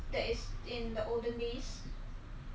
but now a lot of show like very meh meh